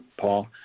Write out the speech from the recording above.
Paul